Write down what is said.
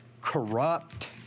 corrupt